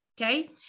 okay